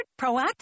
Proactive